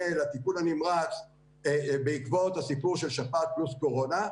לטיפול הנמרץ בעקבות הסיפור של שפעת פלוס קורונה,